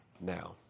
now